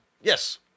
Yes